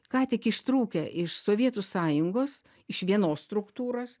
ką tik ištrūkę iš sovietų sąjungos iš vienos struktūros